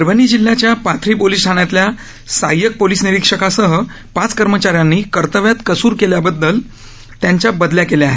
परभणी जिल्ह्याच्या पाथरी पोलिस ठाण्यातल्या सहायक पोलीस निरीक्षकासह पाच कर्मचाऱ्यांनी कर्तव्यात कसूर केल्याबद्दल त्यांच्या बदल्या केल्या आहेत